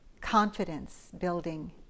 confidence-building